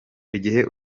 igihe